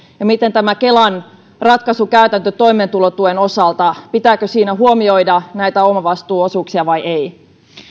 ja tämä kelan ratkaisukäytäntö toimeentulotuen osalta pitääkö siinä huomioida näitä omavastuuosuuksia vai ei